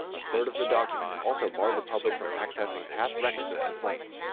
a third of the documents also barred the public from accessing past records of complaints.